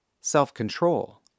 Self-control